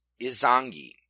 Izangi